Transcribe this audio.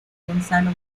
gonzalo